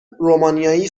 رومانیایی